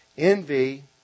Envy